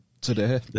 today